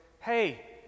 Hey